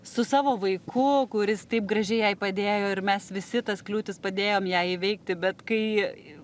su savo vaiku kuris taip gražiai jai padėjo ir mes visi tas kliūtis padėjom jai įveikti bet kai